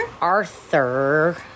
Arthur